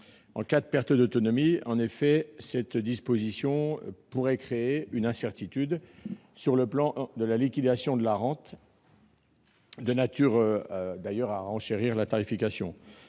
en cas de perte d'autonomie. En effet, cette disposition pourrait créer une incertitude sur la période de liquidation de la rente de nature à renchérir la tarification.